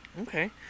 Okay